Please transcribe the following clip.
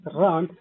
run